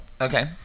Okay